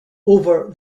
over